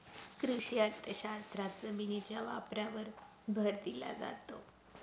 कृषी अर्थशास्त्रात जमिनीच्या वापरावर भर दिला जातो